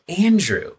Andrew